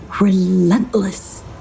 relentless